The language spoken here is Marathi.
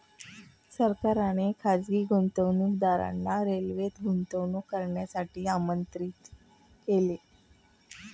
सरकारने खासगी गुंतवणूकदारांना रेल्वेत गुंतवणूक करण्यासाठी आमंत्रित केले